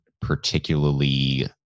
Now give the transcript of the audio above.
particularly